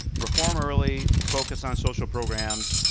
reform early, focus on social programs,